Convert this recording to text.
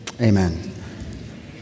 Amen